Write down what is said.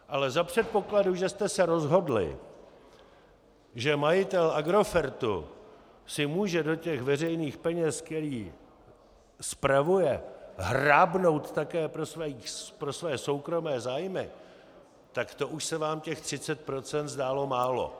Ale za předpokladu, že jste se rozhodli, že majitel Agrofertu si může do těch veřejných peněz, které spravuje, hrábnout také pro své soukromé zájmy, tak to už se vám těch 30 % zdálo málo.